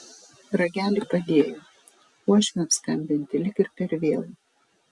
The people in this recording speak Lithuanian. ragelį padėjo uošviams skambinti lyg ir per vėlu